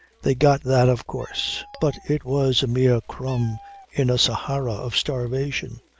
they got that of course but it was a mere crumb in a sahara of starvation,